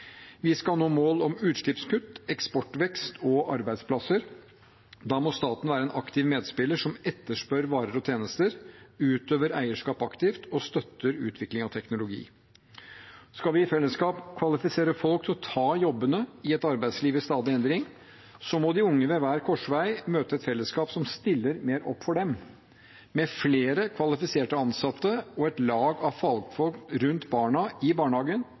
Vi skal nå mål om utslippskutt, eksportvekst og arbeidsplasser. Da må staten være en aktiv medspiller, som etterspør varer og tjenester, utøver eierskap aktivt og støtter utvikling av teknologi. Skal vi i fellesskap kvalifisere folk til å ta jobbene i et arbeidsliv i stadig endring, må de unge ved hver korsvei møte et fellesskap som stiller mer opp for dem, med flere kvalifiserte ansatte og et lag av fagfolk rundt barna i barnehagen